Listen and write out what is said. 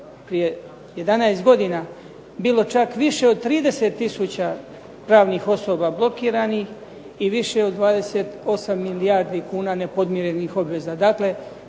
prije 11 godina bilo čak više od 30 tisuća pravnih osoba blokiranih i više od 28 milijardi kuna nepodmirenih obveza. Dakle,